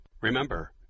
Remember